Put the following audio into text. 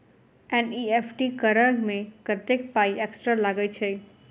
NEFT करऽ मे कत्तेक पाई एक्स्ट्रा लागई छई?